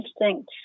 instinct